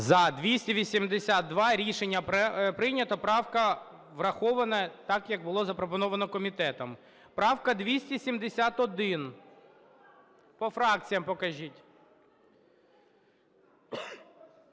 За-282 Рішення прийнято. Правка врахована так як було запропоновано комітетом. Правка 271. По фракціях покажіть.